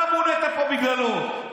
אתה מונית פה בגללו.